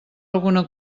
alguna